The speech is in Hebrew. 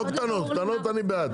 קטנות אני בעד.